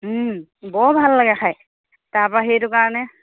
বৰ ভাল লাগে খাই তাৰপা সেইটো কাৰণে